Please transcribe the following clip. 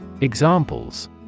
Examples